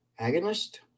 agonist